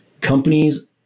Companies